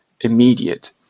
immediate